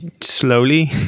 slowly